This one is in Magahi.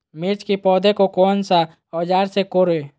मिर्च की पौधे को कौन सा औजार से कोरे?